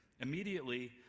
Immediately